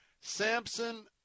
Samson